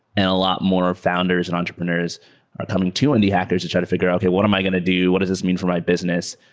and a lot more founders and entrepreneurs are coming to indie hackers to try to figure out, okay. what am i going to do? what does this mean for my business?